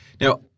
Now